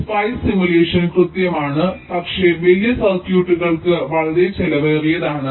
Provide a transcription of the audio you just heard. അതിനാൽ SPICE simulation കൃത്യമാണ് പക്ഷേ വലിയ സർക്യൂട്ടുകൾക്ക് വളരെ ചെലവേറിയതാണ്